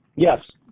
yes,